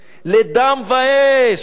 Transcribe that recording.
לדם ואש,